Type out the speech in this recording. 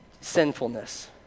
sinfulness